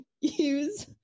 use